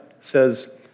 says